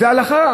זו הלכה.